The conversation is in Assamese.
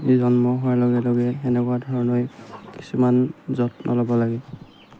জন্ম হোৱাৰ লগে লগে এনেকুৱা ধৰণে কিছুমান যত্ন ল'ব লাগে